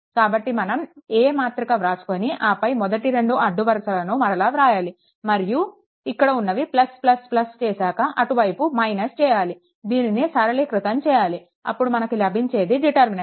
కాబట్టి మనం A మాతృక వ్రాసుకొని ఆపై మొదటి రెండు అడ్డు వరుసలను మరలా వ్రాయాలి మరియు ఇక్కడ ఉన్నవి చేశాక అటు వైపు - చేయాలి దీనిని సరళీకృతం చేయాలి అప్పుడు మనకు లభించేది డిటర్మినెంట్